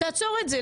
תעצור את זה.